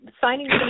Signing